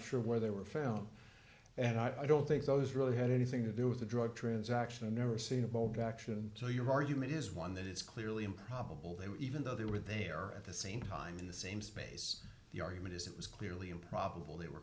sure where they were found and i don't think those really had anything to do with the drug transaction and never seen a bold action so your argument is one that is clearly improbable that even though they were there at the same time in the same space the argument is it was clearly improbable they were